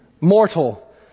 Mortal